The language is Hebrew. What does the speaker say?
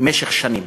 במשך שנים.